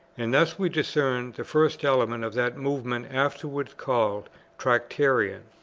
and thus we discern the first elements of that movement afterwards called tractarian.